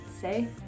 say